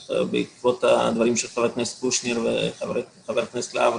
בעקבות הדברים של חבר הכנסת קושניר וחבר הכנסת יוראי להב,